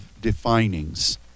definings